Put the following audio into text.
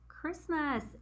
Christmas